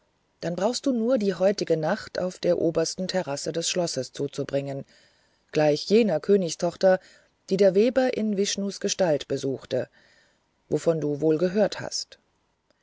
dann brauchst du nur die heutige nacht auf der obersten terrasse des schlosses zuzubringen gleich jener königstochter die der weber in vishnus gestalt besuchte wovon du wohl gehört hast